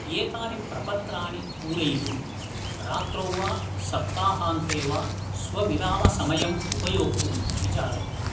एतानि प्रपत्राणि पूरयितुं रात्रौ वा सप्ताहान्ते वा स्वविरामसमयं उपयोक्तुं विचारयतु